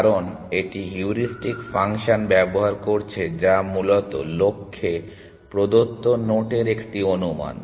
কারণ এটি heuristic function ব্যবহার করছে যা মূলত লক্ষ্যে প্রদত্ত নোটের একটি অনুমান